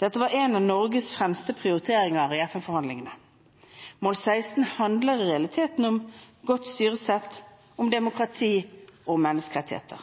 Dette var en av Norges fremste prioriteringer i FN-forhandlingene. Mål 16 handler i realiteten om godt styresett, demokrati og menneskerettigheter.